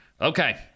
Okay